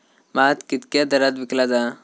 भात कित्क्या दरात विकला जा?